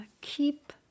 keep